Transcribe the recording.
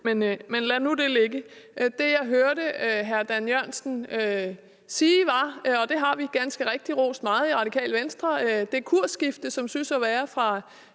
men lad nu det ligge. Det, jeg hørte hr. Dan Jørgensen tale om, var – og det har vi ganske rigtig rost meget i Radikale Venstre – det kursskifte, som synes at være fra